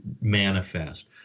manifest